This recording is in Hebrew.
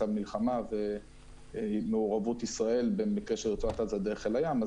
מצב מלחמה ומעורבות ישראל במקרה של רצועת עזה דרך חיל הים.